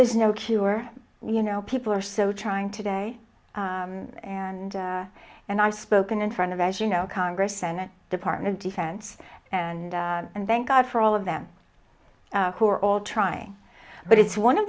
there's no cure you know people are so trying today and and i've spoken in front of as you know congress senate department defense and and thank god for all of them who are all trying but it's one of